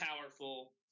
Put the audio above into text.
powerful